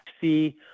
see